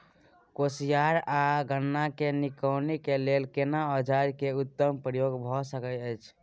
कोसयार आ गन्ना के निकौनी के लेल केना औजार के उत्तम प्रयोग भ सकेत अछि?